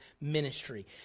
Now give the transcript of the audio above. ministry